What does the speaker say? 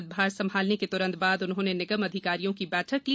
पदभार संभालने के त्रंत बाद उन्होंने निगम अधिकारियों की बैठक ली